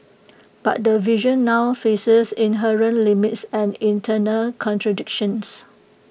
but the vision now faces inherent limits and internal contradictions